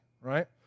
right